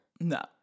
No